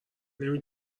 نمی